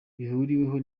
bihuriweho